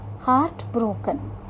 heartbroken